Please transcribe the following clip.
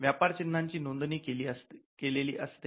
व्यापारचिन्हाची नोंदणी केलेली असते